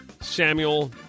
Samuel